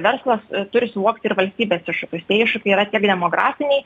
verslas turi suvokti ir valstybės iššūkius tie iššūkiai yra tiek demografiniai